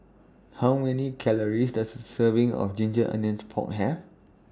How Many Calories Does A Serving of Ginger Onions Pork Have